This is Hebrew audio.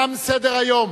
תם סדר-היום.